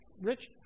Rich